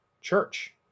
church